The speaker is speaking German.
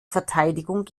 verteidigung